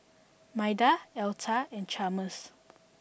Maida Alta and Chalmers